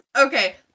Okay